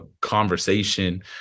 conversation